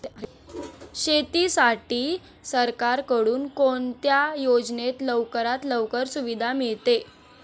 शेतीसाठी सरकारकडून कोणत्या योजनेत लवकरात लवकर सुविधा मिळते?